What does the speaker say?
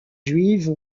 juive